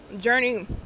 journey